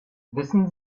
wissen